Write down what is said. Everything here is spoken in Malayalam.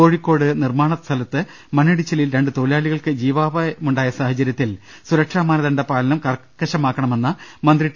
കോഴിക്കോട് നിർമാണ സ്ഥലത്ത് മണ്ണിടിച്ചിലിൽ രണ്ട് തൊഴിലാളികൾക്ക് ജീവാപായമുണ്ടായ സാഹചരൃത്തിൽ സുരക്ഷാ മാനദണ്ഡ പാലനം കർക്കശമാക്കണമെന്ന മന്ത്രി ടി